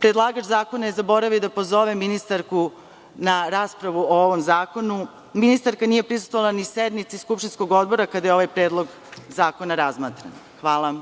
Predlagač zakona je zaboravio da pozove ministarku na raspravu o ovom zakonu. Ministarka nije prisustvovala ni sednici skupštinskog odbora kada je ovaj predlog zakona razmatran. Hvala.